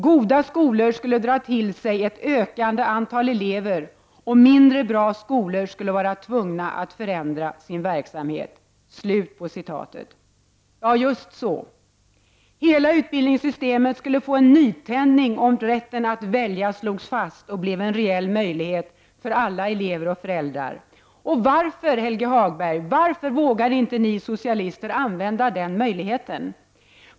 Goda skolor skulle dra till sig ett ökande antal elever och mindre bra skolor skulle vara tvungna att förändra sin verksamhet.” Ja, just så. Hela utbildningssystemet skulle få en nytändning om rätten att välja slogs fast och blev en reell möjlighet för alla elever och föräldrar! Varför, Helge Hagberg, vågar ni socialister inte använda den möjligheten?